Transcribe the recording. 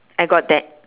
I got that